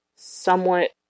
Somewhat